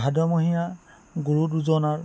ভাদমহীয়া গুৰু দুজনাৰ